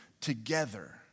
together